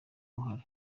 uruhare